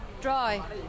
dry